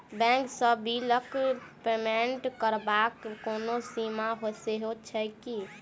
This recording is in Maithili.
बैंक सँ बिलक पेमेन्ट करबाक कोनो सीमा सेहो छैक की?